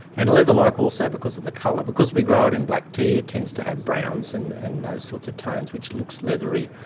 and leather-like also because of the colour. because we grow it in black tea it tends to have browns and and those sorts of tones which looks leathery.